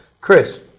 Chris